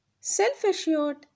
Self-assured